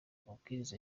amabwiriza